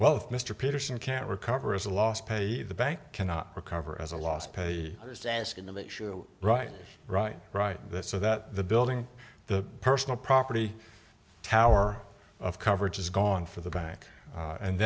well mr peterson can't recover as a last pay the bank cannot recover as a loss pay is asking the issue right right right so that the building the personal property tower of coverage is gone for the bank